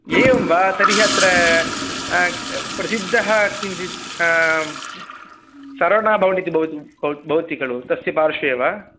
एवं वा तर्हि अत्र प्रसिद्धः किञ्चित् सरवना भवन् इति भवति भव भवति खलु तस्य पार्श्वे वा